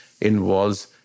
involves